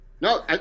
No